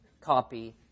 copy